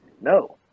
No